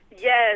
Yes